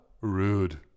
rude